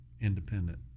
independent